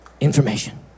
information